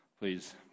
Please